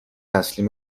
تسلیم